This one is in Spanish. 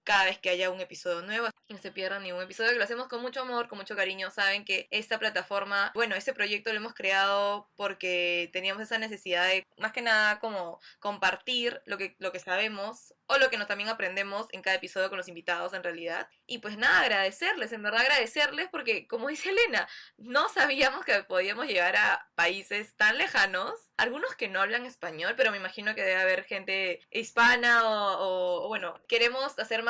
cada vez que haya un episodio nuevo, y no se pierda ningún episodio, que lo hacemos con mucho amor, con mucho cariño. Saben que esta plataforma, bueno, este proyecto lo hemos creado porque teníamos esa necesidad de, más que nada, como compartir lo que- lo que sabemos o lo que no- también aprendemos en cada episodio con los invitados, en realidad. Y pues nada, agradecerles, en verdad agradecerles, porque como dice Elena, no sabíamos que podíamos llegar a países tan lejanos. Algunos que no hablan español, pero me imagino que debe haber gente hispana o- o- o bueno, queremos hacer